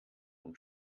und